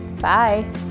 Bye